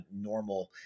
normal